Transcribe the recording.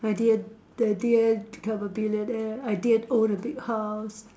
I didn't I didn't become a billionaire I didn't own a big house